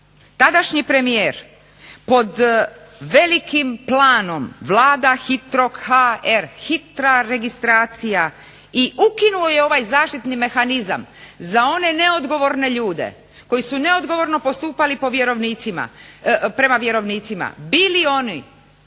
tadašnji premijer pod velikim planom Vlada hitro.hr, hitra registracija i ukinuo je ovaj zaštitni mehanizam. Za one neodgovorne ljude koji su neodgovorno postupali prema vjerovnicima, bili oni